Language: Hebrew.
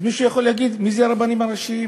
אז מישהו יכול להגיד: מי זה הרבנים הראשיים?